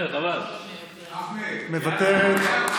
מוותרת.